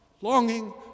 longing